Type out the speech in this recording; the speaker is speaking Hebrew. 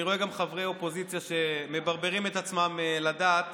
אני רואה גם חברי אופוזיציה שמברברים את עצמם לדעת